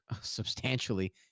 substantially